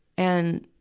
and